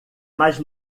mais